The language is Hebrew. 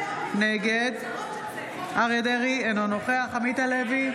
נגד אריה מכלוף דרעי, אינו נוכח עמית הלוי,